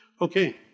Okay